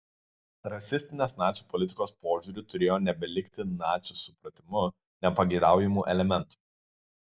rasistinės nacių politikos požiūriu turėjo nebelikti nacių supratimu nepageidaujamų elementų